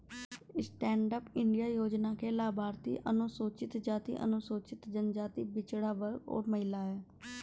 stand Up India योजना के लाभार्थी अनुसूचित जाति, अनुसूचित जनजाति, पिछड़ा वर्ग और महिला है